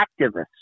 activists